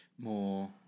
More